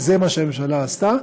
וזה מה שהממשלה עשתה,